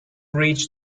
reach